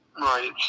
Right